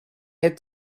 had